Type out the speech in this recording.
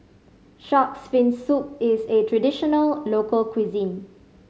Shark's Fin Soup is a traditional local cuisine